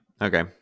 Okay